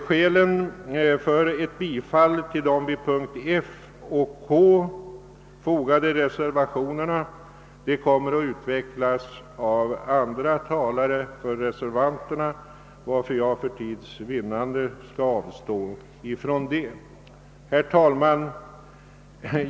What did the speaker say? Skälen för ett bifall till de vid momenten F och K fogade reservationerna kommer att utvecklas av andra företrädare för reservanterna, varför jag för tids vinnande skall avstå ifrån att nämna dem. Herr talman!